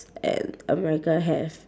and america have